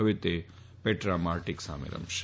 ફવે તે Petra Martic સામે રમશે